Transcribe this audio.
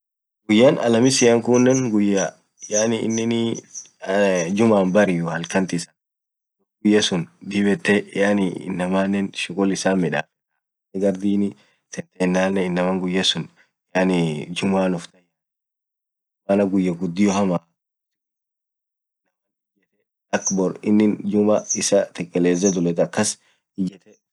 guyaa alamisia kunen guyaa yaani inin eee jummaan bariyu halkalt isaa guyya sunn dhib yethee yaani inamaanen shughul isaa midhafetha Ghar Dini teennanen inamaa guyya sunn yaani jumaaan uftayarisha maaaan guyya gudhio hamaaaa akha borro inin jumaa isaa tekelezee dhulethu akas dhulethee